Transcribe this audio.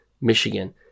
Michigan